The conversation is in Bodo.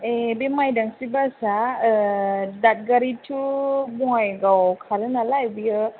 ए बे माइदांस्रि बासआ दागारि थु' बङाइगाव खारोनालाय बियो